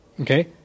Okay